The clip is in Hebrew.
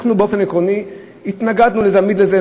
אנחנו תמיד התנגדנו לזה באופן עקרוני.